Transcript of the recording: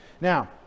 Now